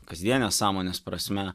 kasdienės sąmonės prasme